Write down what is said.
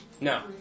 No